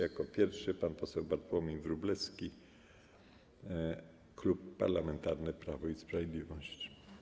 Jako pierwszy pan poseł Bartłomiej Wróblewski, Klub Parlamentarny Prawo i Sprawiedliwość.